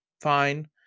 fine